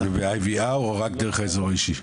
וב-IVR או רק דרך אזור אישי?